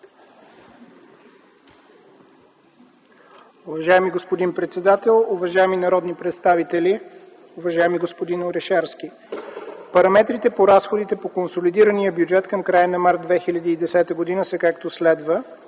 Уважаеми господин председател, уважаеми народни представители, уважаеми господин Орешарски! Параметрите по разходите по консолидирания бюджет към края на м. март 2010 г. са, както следва: